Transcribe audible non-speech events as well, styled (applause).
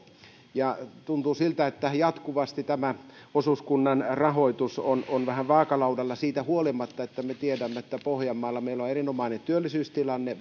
tuntuu siltä että jatkuvasti tämän osuuskunnan rahoitus on on vähän vaakalaudalla siitä huolimatta että me tiedämme että meillä on pohjanmaalla erinomainen työllisyystilanne (unintelligible)